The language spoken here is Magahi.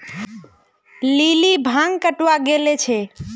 लिली भांग कटावा गले छे